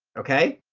okay?